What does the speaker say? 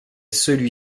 celui